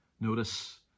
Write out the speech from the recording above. Notice